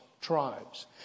tribes